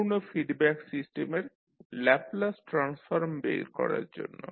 সম্পূর্ণ ফিডব্যাক সিস্টেমের Laplace transform বের করার জন্য